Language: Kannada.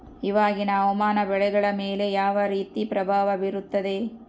ಇವಾಗಿನ ಹವಾಮಾನ ಬೆಳೆಗಳ ಮೇಲೆ ಯಾವ ರೇತಿ ಪ್ರಭಾವ ಬೇರುತ್ತದೆ?